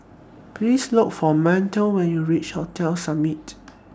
Please Look For Montel when YOU REACH Hotel Summit